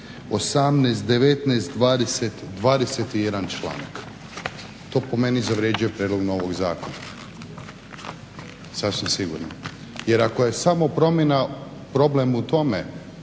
18, 19, 20, 21 članak. To po meni zavređuje prijedlog novog zakona sasvim sigurno jer ako je samo promjena problem u tome